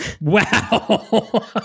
Wow